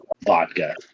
vodka